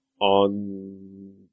on